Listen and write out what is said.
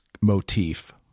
motif